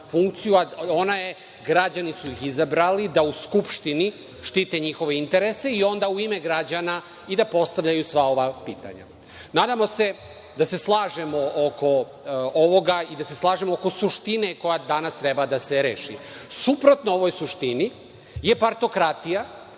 funkciju, a ona je ta da su ih građani izabrali da u Skupštini štite njihove interese i onda u ime građana i da postavljaju sva ova pitanja. Nadamo se da se slažemo oko ovoga i da se slažemo oko suštine koja danas treba da se reši. Suprotno ovoj suštini je partokratija